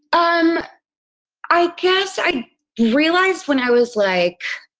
um i guess i realized when i was like